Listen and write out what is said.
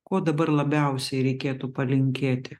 ko dabar labiausiai reikėtų palinkėti